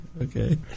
Okay